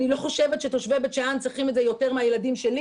אני לא חושבת שתושבי בית שאן צריכים את זה יותר מהילדים שלי